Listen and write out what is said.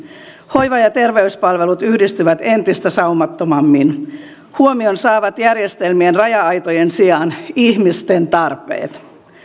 hoiva ja terveyspalvelut yhdistyvät entistä saumattomammin huomion saavat järjestelmien raja aitojen sijaan ihmisten tarpeet